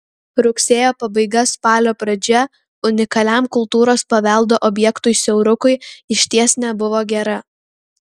rugsėjo pabaiga spalio pradžia unikaliam kultūros paveldo objektui siaurukui išties nebuvo gera